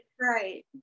right